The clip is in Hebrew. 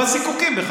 בזה אתם גמורים.